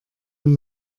und